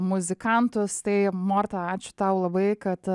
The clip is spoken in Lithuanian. muzikantus tai morta ačiū tau labai kad